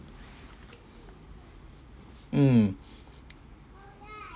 mm